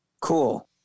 Cool